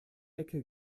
ecke